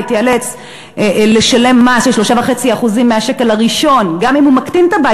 והוא ייאלץ לשלם מס של 3.5% מהשקל הראשון גם אם הוא עובר לבית,